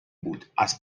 بوداز